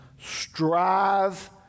strive